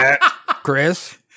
Chris